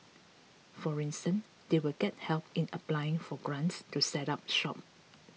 for instance they will get help in applying for grants to set up shop